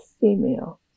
female